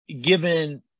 given